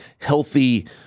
healthy